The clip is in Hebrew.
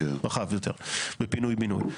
רחב יותר בפינוי בינוי.